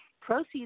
Proceeds